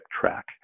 track